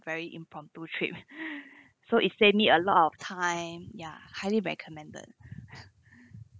very impromptu trip so it saved me a lot of time ya highly recommended